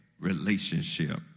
relationship